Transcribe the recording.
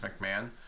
McMahon